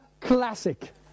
classic